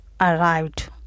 arrived